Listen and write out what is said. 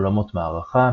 עולמות מערכה,